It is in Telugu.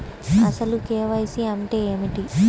అసలు కే.వై.సి అంటే ఏమిటి?